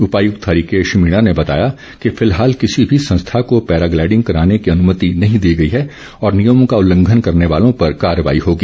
उपायुक्त हरिकेश मीणा ने बताया कि फिलहाल किसी भी संस्था को पैराग्लाइडिंग कराने की अनुमति नहीं दी गई है और नियमों का उल्लंघन करने वालों पर कार्रवाई होगी